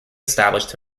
established